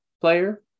player